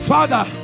Father